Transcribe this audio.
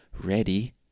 ready